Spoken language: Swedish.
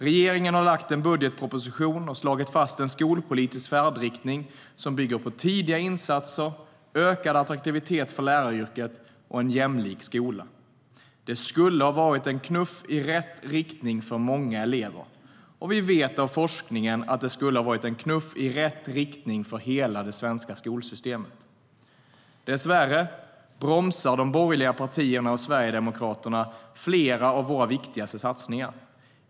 Regeringen har lagt fram en budgetproposition och slagit fast en skolpolitisk färdriktning som bygger på tidiga insatser, ökad attraktivitet för läraryrket och en jämlik skola. Det skulle ha varit en knuff i rätt riktning för många elever. Och vi vet av forskningen att det skulle ha varit en knuff i rätt riktning för hela det svenska skolsystemet. Dessvärre bromsar de borgerliga partierna och Sverigedemokraterna flera av våra viktigaste satsningar.